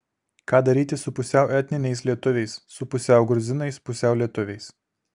ką daryti su pusiau etniniais lietuviais su pusiau gruzinais pusiau lietuviais